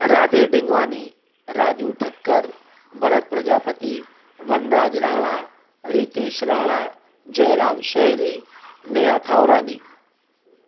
Radhe Dhingwani Raju Thakkar Bharat Prajapati Vanraj Rana Ritvesh Rana Jayram Shairi Neha Thavrani